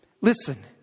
listen